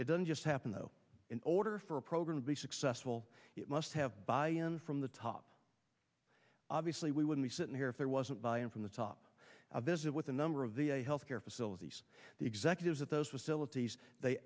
it doesn't just happen though in order for a program to be successful it must have buy in from the top obviously we wouldn't be sitting here if there wasn't buy in from the top a visit with a number of the health care facilities the executives at those